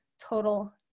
total